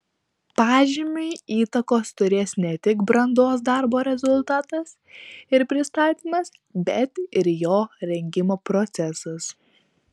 pažymiui įtakos turės ne tik brandos darbo rezultatas ir pristatymas bet ir jo rengimo procesas